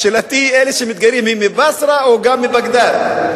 שאלתי: אלה שמתגיירים הם מבצרה, או גם מבגדד?